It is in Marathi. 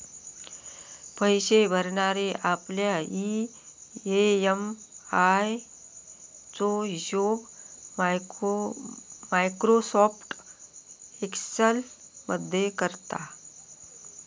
पैशे भरणारे आपल्या ई.एम.आय चो हिशोब मायक्रोसॉफ्ट एक्सेल मध्ये करता